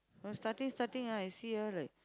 from starting starting ah I see her like